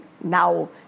now